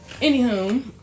Anywho